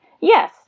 Yes